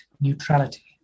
neutrality